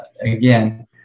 again